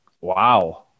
Wow